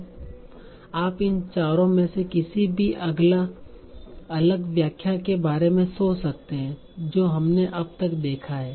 अब आप इन चारों में से किसी भी अलग व्याख्या के बारे में सोच सकते हैं जो हमने अब तक देखा है